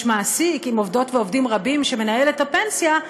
יש מעסיק עם עובדות ועובדים רבים שמנהל את הפנסיה,